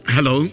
Hello